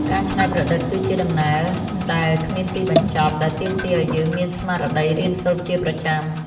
ការច្នៃប្រឌិតគឺជាដំណើរដែលគ្មានទីបញ្ចប់ ដែលទាមទារឱ្យយើងមានស្មារតីរៀនសូត្រជាប្រចាំ។